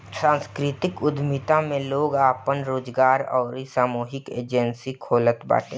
सांस्कृतिक उद्यमिता में लोग आपन रोजगार अउरी सामूहिक एजेंजी खोलत बाटे